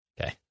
Okay